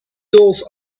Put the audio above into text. gulls